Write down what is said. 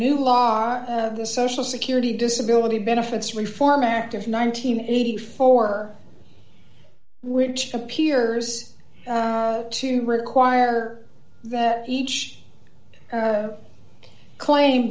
new law the social security disability benefits reform act of nineteen eighty four which appears to require that each claim